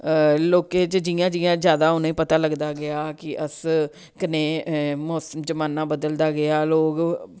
लोकें च जियां जियां जैदा उनें पता लगदा गेआ कि अस कनेह् मौसम जमाना बदलदा गेआ लोग